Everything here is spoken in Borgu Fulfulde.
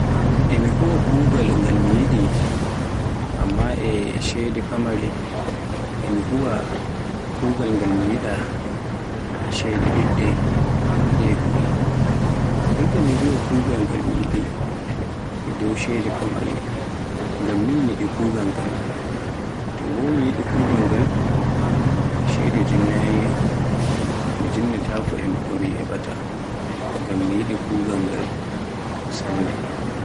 E mi huwa kuugal ngal mi yiɗi amma a ceede famare, e mi huwa kuugal ngal mi yiɗa e ceede ɗuɗɗe ɗeye ɓuri. Igga mi huwa kuugal ngal min yiɗi e dow ceede famare, ngam min yiɗi kuugal ngal, to bo mi yiɗi kugaal ngal ceede jinnayi yam, mi jinnatako e ceede ɗe mi heɓaata ñgam mi yiɗi kuugal ngal sanne.